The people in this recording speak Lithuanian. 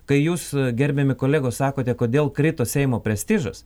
kai jūs gerbiami kolegos sakote kodėl krito seimo prestižas